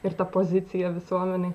ir ta pozicija visuomenėj